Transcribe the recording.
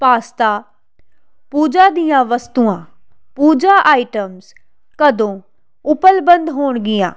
pasta puja ਦੀਆਂ ਵਸਤੂਆਂ puja items ਕਦੋਂ ਉਪਲੱਬਧ ਹੋਣਗੀਆਂ